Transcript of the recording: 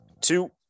Two